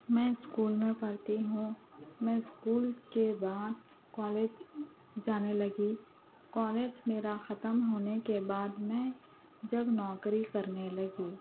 میں اسکول میں پڑھتی ہوں میں اسکول کے بعد کالج جانے لگی کالج میرا ختم ہونے کے بعد میں جب نوکری کرنے لگی